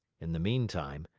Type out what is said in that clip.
in the meantime,